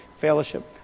fellowship